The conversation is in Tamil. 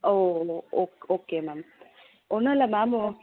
ஓ ஒ ஓகே ஓகே மேம் ஒன்னுல்லை மேம் ஓ